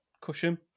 cushion